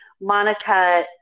Monica